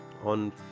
on